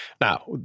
Now